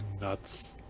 nuts